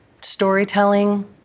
storytelling